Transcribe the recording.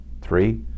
three